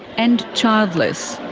and childless.